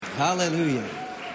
Hallelujah